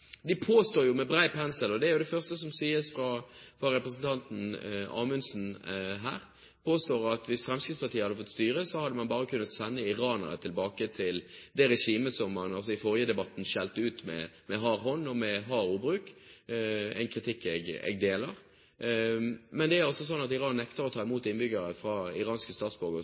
De påstår, og det er det første som sies fra representanten Amundsen her, at hvis Fremskrittspartiet hadde fått styre, hadde man bare sendt iranere tilbake til det regimet som man i forrige debatt skjelte ut med hard ordbruk, en kritikk jeg deler. Men det er altså slik at Iran nekter å ta imot iranske statsborgere som ikke vil reise tilbake. Tilsvarende er det med kaoset i Somalia, der folk som flykter fra